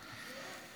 תודה רבה.